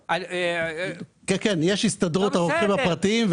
יש את הסתדרות הרוקחים הפרטיים,